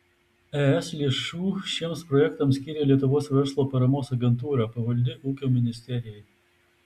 es lėšų šiems projektams skyrė lietuvos verslo paramos agentūra pavaldi ūkio ministerijai